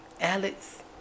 Alex